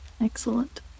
excellent